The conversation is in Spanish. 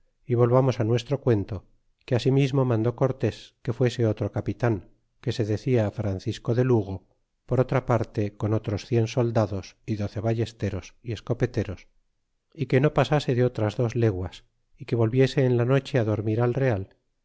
y volvamos á nuestro cuento que asimismo mandó cortés que fuese otro capitan que se decia francisco de lugo por otra parte con otros cien soldados y doce ballesteros y escopeteros y que no pasase de otras dos leguas y que volviese en la noche á dormir al real